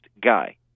guy